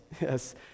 yes